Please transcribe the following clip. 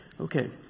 Okay